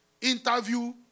Interview